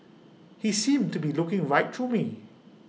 he seemed to be looking right through me